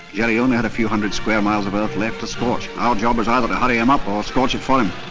jerry only had a few hundred square miles of earth left to scorch, our job was either to hurry him up or scorch it for him.